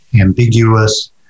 ambiguous